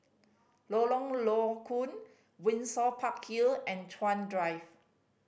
Lorong Low Koon Windsor Park Hill and Chuan Drive